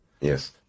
Yes